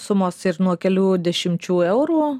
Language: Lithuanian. sumos ir nuo kelių dešimčių eurų